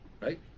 right